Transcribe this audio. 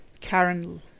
Karen